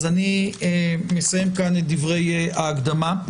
אני מסיים כאן את דברי ההקדמה.